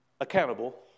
accountable